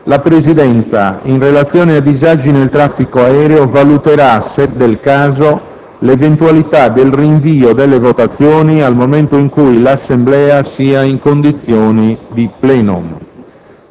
la Presidenza, in relazione a disagi nel traffico aereo, valuterà - se del caso - l'eventualità del rinvio delle votazioni ad un momento in cui l'Assemblea sia in condizioni di *plenum*.